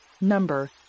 Number